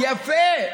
יפה.